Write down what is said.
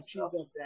Jesus